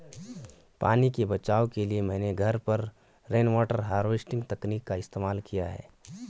पानी के बचाव के लिए मैंने घर पर रेनवाटर हार्वेस्टिंग तकनीक का इस्तेमाल किया है